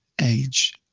age